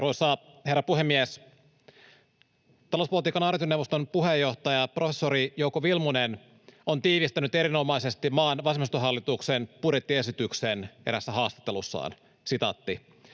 herra puhemies! Talouspolitiikan arviointineuvoston puheenjohtaja, professori Jouko Vilmunen on tiivistänyt erinomaisesti maan vasemmistohallituksen budjettiesityksen eräässä haastattelussaan: